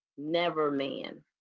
Neverman